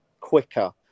quicker